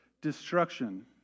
Destruction